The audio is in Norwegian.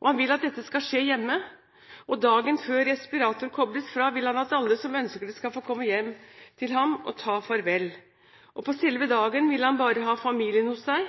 Og han vil at dette skal skje hjemme. I dagene før respiratoren kobles fra, vil han at alle som ønsker det, skal få komme hjem til ham for å ta farvel. På selve dagen vil han bare ha familien hos seg.